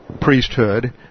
priesthood